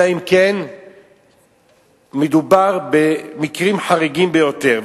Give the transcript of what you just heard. אלא אם כן מדובר במקרים חריגים ביותר,